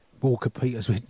Walker-Peters